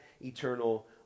eternal